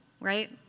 right